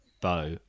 bow